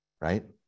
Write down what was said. right